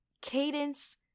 cadence